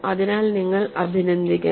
അതിനാൽ നിങ്ങൾ അഭിനന്ദിക്കണം